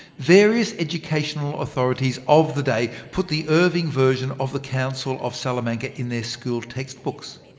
various educational authorities of the day put the irving version of the council of salamanca in their school textbooks,